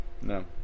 No